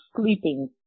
sleeping